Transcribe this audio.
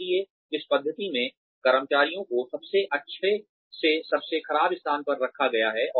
इसलिए इस पद्धति में कर्मचारियों को सबसे अच्छे से सबसे खराब स्थान पर रखा गया है